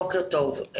בוקרה טוב.